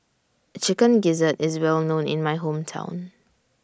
Chicken Gizzard IS Well known in My Hometown